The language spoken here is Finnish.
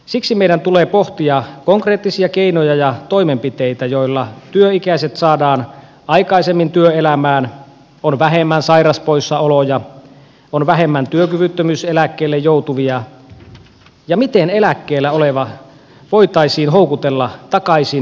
siksi meidän tulee pohtia konkreettisia keinoja ja toimenpiteitä joilla työikäiset saadaan aikaisemmin työelämään on vähemmän sairauspoissaoloja on vähemmän työkyvyttömyyseläkkeelle joutuvia ja miten eläkkeellä oleva voitaisiin houkutella takaisin työllistymään